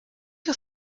you